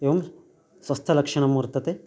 एवं स्वस्थलक्षणं वर्तते